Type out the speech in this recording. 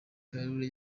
kabarebe